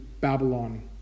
Babylon